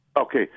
Okay